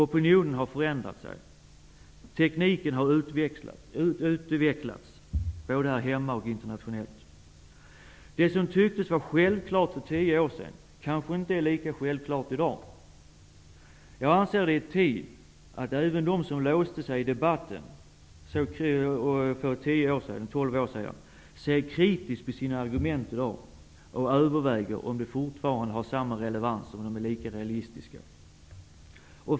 Opinionen har förändrats, och tekniken har utvecklats både här hemma och internationellt. Det som tycktes vara självklart för tio år sedan kanske inte är lika självklart i dag. Jag anser att det är hög tid att även de som låste sig i debatten då, ser kritiskt på sina argument och överväger om de fortfarande har samma relevans och är lika realistiska.